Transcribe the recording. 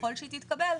ככל שהיא תתקבל,